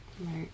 Right